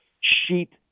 sheet